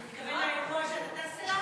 אתה מתכוון לאירוע שאתה טס אליו?